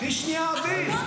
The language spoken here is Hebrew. קחי שנייה אוויר.